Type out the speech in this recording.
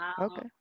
Okay